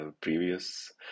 previous